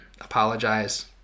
apologize